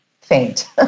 faint